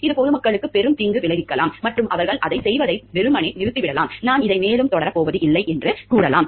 இது பொதுமக்களுக்கு பெரும் தீங்கு விளைவிக்கலாம் மற்றும் அவர்கள் அதைச் செய்வதை வெறுமனே நிறுத்திவிடலாம் நான் இதை மேலும் தொடரப் போவதில்லை என்று அவர்கள் கூறலாம்